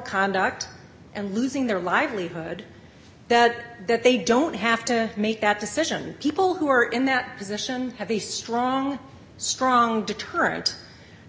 conduct and losing their livelihood that they don't have to make that decision people who are in that position have a strong strong deterrent